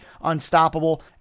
unstoppable